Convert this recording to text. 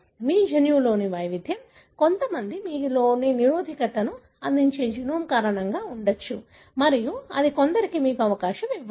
మీ జన్యువులోని వైవిధ్యం కొంతమందికి మీరు నిరోధకతను అందించే జీనోమ్ కారణంగా ఉండవచ్చు మరియు అది కొందరికి మీరు అవకాశం ఇవ్వవచ్చు